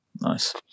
Nice